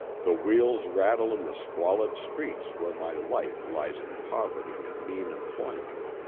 the wheels rattle in the squalid streets where my life lies in poverty and mean employment.